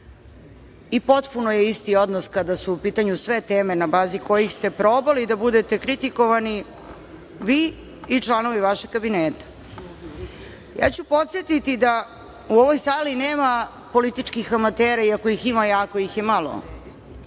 i potpuno je isti odnos kada su u pitanju sve teme na bazi kojih ste probali da budete kritikovani vi i članovi vašeg kabineta. Podsetiću da u ovoj sali nema političkih amatera i, ako ih ima, jako ih je malo.